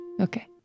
Okay